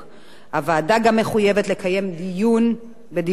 הוועדה גם מחויבת לקיים דיון בדיווח זה.